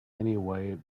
anyway